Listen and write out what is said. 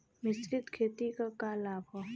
मिश्रित खेती क का लाभ ह?